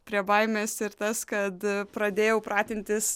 prie baimės ir tas kad pradėjau pratintis